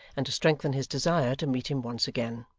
and to strengthen his desire to meet him once again.